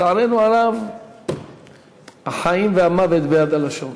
לצערנו הרב, החיים והמוות ביד הלשון.